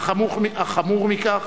אך חמור מכך: